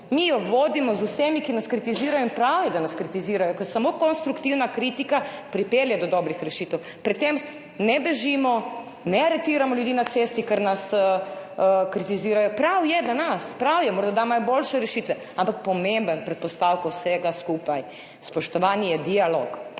Mi ga vodimo z vsemi, ki nas kritizirajo, in prav je, da nas kritizirajo, ker samo konstruktivna kritika pripelje do dobrih rešitev. Pred tem ne bežimo, ne aretiramo ljudi na cesti, ker nas kritizirajo. Prav je, da nas, prav je, morda imajo boljše rešitve. Ampak pomembna predpostavka vsega skupaj, spoštovani, je dialog,